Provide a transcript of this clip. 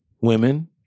women